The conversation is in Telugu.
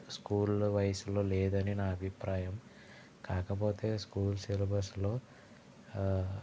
స్కూల్లో వయసులో లేదని నా అభిప్రాయం కాకపోతే స్కూల్ సిలబస్లో